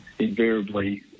invariably